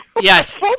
Yes